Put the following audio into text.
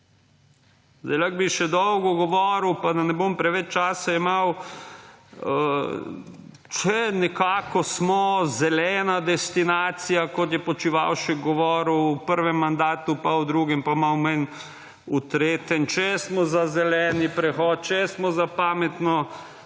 Rajh. Lahko bi še dolgo govoril, pa da ne bom preveč časa jemal, če nekako smo zelena destinacija, kot je Počivalšek govoril v prvem mandatu pa v drugem pa malo manj v tretjem, če smo za zeleni prehod, če smo za pametno